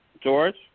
George